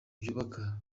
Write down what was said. byubaka